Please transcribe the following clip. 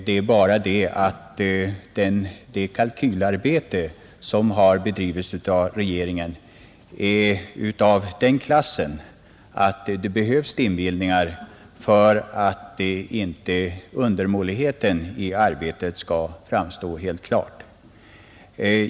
Det är bara det, att det kalkylarbete som har bedrivits av regeringen är av den klassen att det behövs dimbildningar för att inte undermåligheten i arbetet skall framstå helt klart.